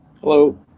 Hello